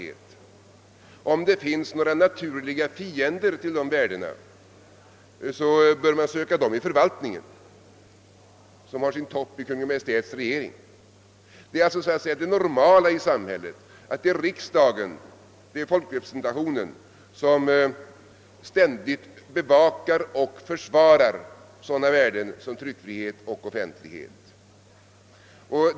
Om det finns några naturliga fiender till dessa värden bör man söka dem i förvaltningen som har sin topp i regeringen. Det är alltså det normala i samhället att riksdagen, folkrepresentationen, ständigt bevakar och försvarar sådana värden som tryckfriheten och offentlighetsprincipen.